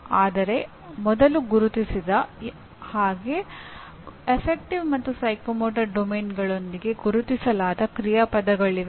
ಆದರೆ ಮೊದಲು ಗುರುತಿಸಿದ ಹಾಗೆ ಗಣನ ಮತ್ತು ಮನೋಪ್ರೇರಣಾ ಕಾರ್ಯಕ್ಷೇತ್ರಗಳೊಂದಿಗೆ ಗುರುತಿಸಲಾದ ಕ್ರಿಯಾಪದಗಳಿವೆ